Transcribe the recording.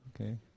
Okay